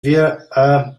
wir